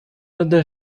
لدى